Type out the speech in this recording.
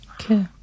Okay